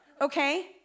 okay